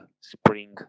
spring